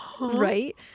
Right